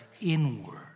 inward